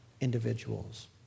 individuals